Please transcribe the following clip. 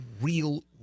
real